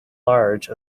large